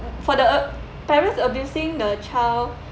for the uh parents abusing the child